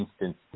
instance